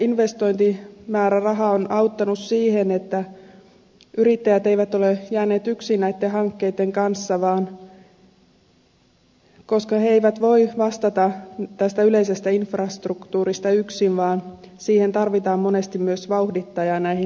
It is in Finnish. työllisyysperusteinen investointimääräraha on auttanut siihen että yrittäjät eivät ole jääneet yksin näitten hankkeitten kanssa koska he eivät voi vastata yleisestä infrastruktuurista yksin vaan tarvitaan monesti myös vauhdittajaa näihin hankkeisiin